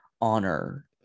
honor